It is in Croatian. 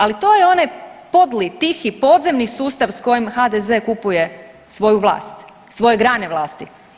Ali to je onaj podli, tihi, podzemni sustav s kojim HDZ kupuje svoju vlast, svoje grane vlasti.